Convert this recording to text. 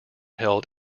held